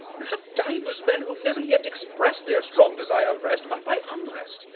you have divers men who never yet express'd their strong desire of rest but by unrest,